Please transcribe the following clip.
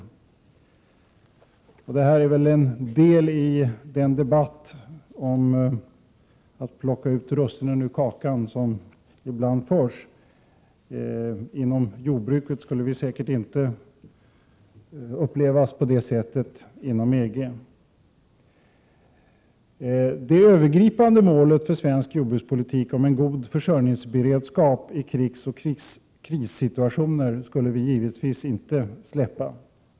Detta skulle kunna anföras som ett argument i den debatt som ibland förs om att vi skulle vilja plocka russinen ur kakan. Man skulle inom EG säkerligen inte uppleva en integration av det svenska jordbruket på det sättet. Det svenska övergripande målet för jordbrukspolitiken om en god försörjningsberedskap i krigsoch krissituationer skulle vi givetvis inte släppa.